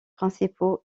principaux